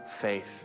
faith